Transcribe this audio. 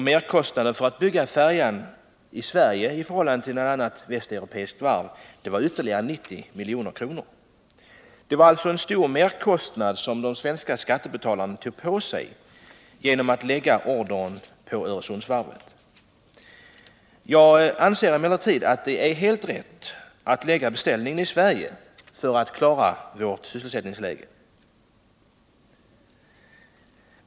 Merkostnaden för byggande av färjan i Sverige i stället för vid något annat västeuropeiskt varv uppgick till ytterligare 90 milj.kr. Genom placeringen av ordern hos Öresundsvarvet torde de svenska skattebetalarna alltså få ta på sig en stor merkostnad. Jag anser emellertid att det är helt riktigt att placera beställningen i Sverige i syfte att klara vår sysselsättning.